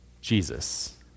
Jesus